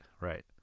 right